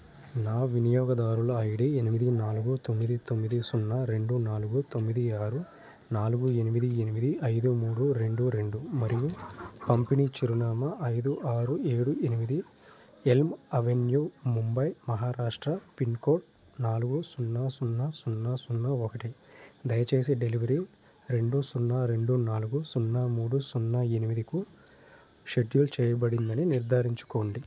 నా వినియోగదారుల ఐడి ఎనిమిది నాలుగు తొమ్మిది తొమ్మిది సున్నా రెండు నాలుగు తొమ్మిది ఆరు నాలుగు ఎనిమిది ఎనిమిది ఐదు మూడు రెండు రెండు మరియు పంపిణీ చిరునామా ఐదు ఆరు ఏడు ఎనిమిది Elm Avenue Mumbai Maharashtra pin code నాలుగు సున్నా సున్నా సున్నా సున్నా ఒకటి దయచేసి డెలివరీ రెండు సున్నా రెండు నాలుగు సున్నా మూడు సున్నా ఎనిమిదికు షెడ్యూల్ చెయ్యబడిందని నిర్ధారించుకోండి